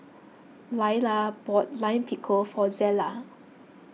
Laila bought Lime Pickle for Zella